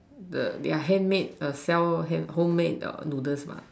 the their handmade err sell hand homemade err noodles mah